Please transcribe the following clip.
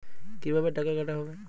কিভাবে টাকা কাটা হবে?